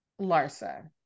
Larsa